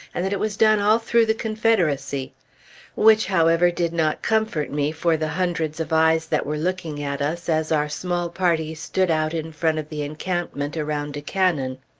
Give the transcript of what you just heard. and that it was done all through the confederacy which, however, did not comfort me for the hundreds of eyes that were looking at us as our small party stood out in front of the encampment around a cannon.